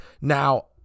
Now